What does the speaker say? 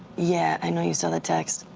yeah, i know you saw the text.